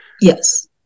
Yes